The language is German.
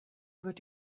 wird